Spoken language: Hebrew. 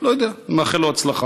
לא יודע, אני מאחל לו הצלחה,